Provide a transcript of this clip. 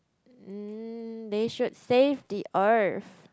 mm they should save the earth